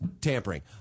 tampering